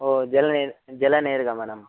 ओ जले जलनिर्गमनम्